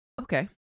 Okay